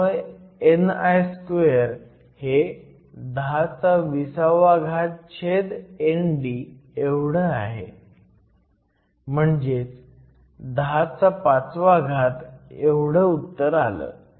त्यामुळे ni2 हे 1020ND आहे म्हणजेच 105 एवढं आहे